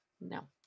no